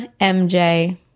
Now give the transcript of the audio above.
MJ